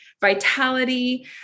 vitality